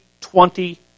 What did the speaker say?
twenty